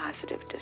positive